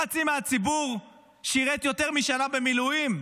חצי מהציבור שירת יותר משנה במילואים.